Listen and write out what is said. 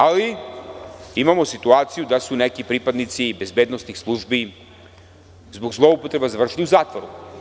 Ali, imamo situaciju da su neki pripadnici bezbednosnih službi, zbog zloupotreba, završili u zatvoru.